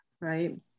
right